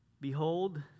Behold